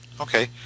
Okay